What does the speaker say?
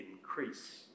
increase